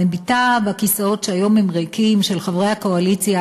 מביטה בכיסאות של חברי הקואליציה,